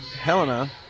Helena